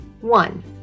one